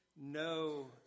no